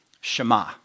Shema